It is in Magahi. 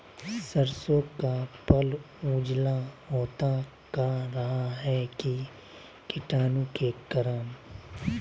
सरसो का पल उजला होता का रहा है की कीटाणु के करण?